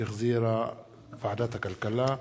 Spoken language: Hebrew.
שהחזירה ועדת הכלכלה.